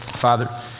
Father